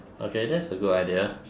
okay that's a good idea